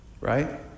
right